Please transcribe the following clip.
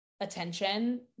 attention